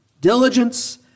Diligence